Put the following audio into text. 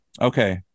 okay